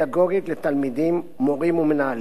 פדגוגית לתלמידים, מורים ומנהלים.